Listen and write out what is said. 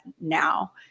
now